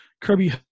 Kirby